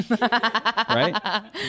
right